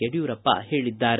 ಯಡಿಯೂರಪ್ಪ ಹೇಳಿದ್ದಾರೆ